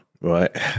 Right